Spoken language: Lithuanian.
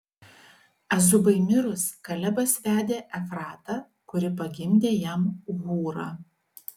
azubai mirus kalebas vedė efratą kuri pagimdė jam hūrą